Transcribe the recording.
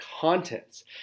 contents